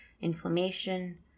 inflammation